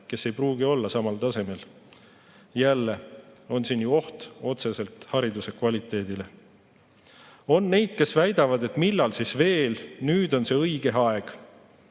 kes ei pruugi olla samal tasemel. Jälle on siin ju oht otseselt hariduse kvaliteedile. On neid, kes väidavad, et millal siis veel – nüüd on õige aeg.